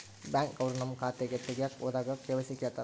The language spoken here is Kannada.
ಬ್ಯಾಂಕ್ ಅವ್ರು ನಮ್ಗೆ ಖಾತೆ ತಗಿಯಕ್ ಹೋದಾಗ ಕೆ.ವೈ.ಸಿ ಕೇಳ್ತಾರಾ?